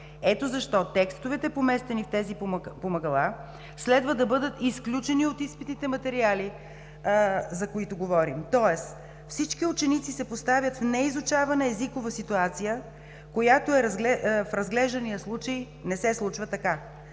Ето защо текстовете, поместени в тези помагала, следва да бъдат изключени от изпитните материали, за които говорим. Тоест всички ученици се поставят в неизучавана езикова ситуация, която в разглеждания случай не се случва така,